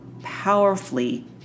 powerfully